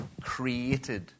created